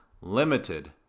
limited